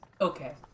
okay